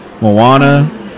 Moana